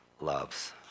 loves